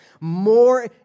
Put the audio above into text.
more